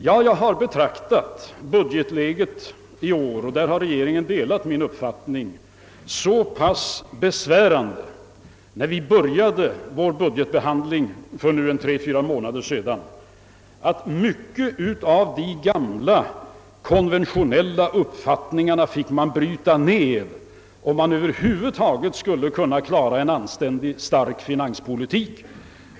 Jag har emellertid betraktat budgetläget i år som så pass besvärande — och där har regeringen i övrigt delat min uppfattning — att vi när vi började vår budgetbehandling för tre, fyra månader sedan måste bryta ned mycket av de gamla konventionella uppfattningarna, om vi över huvud taget skulle kunna föra en anständigt stark finanspolitik.